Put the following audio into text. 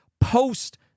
post